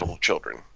children